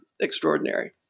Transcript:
extraordinary